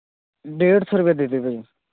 ਡੇਢ ਸੌ ਰੁਪਇਆ ਦੇ ਦਿਓ ਭਾ ਜੀ